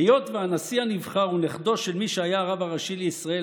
היות שהנשיא הנבחר הוא נכדו של מי שהיה הרב הראשי לישראל,